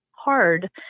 hard